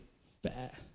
fair